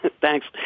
Thanks